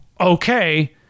okay